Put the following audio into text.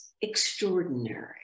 extraordinary